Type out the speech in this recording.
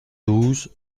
douze